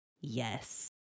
Yes